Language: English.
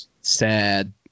sad